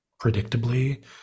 predictably